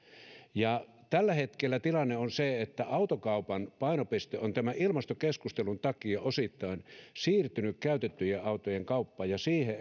tällä hetkellä tilanne on se että autokaupan painopiste on ilmastokeskustelun takia osittain siirtynyt käytettyjen autojen kauppaan ja siihen